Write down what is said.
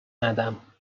ندم